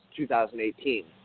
2018